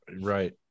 Right